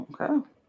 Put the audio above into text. Okay